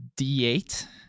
D8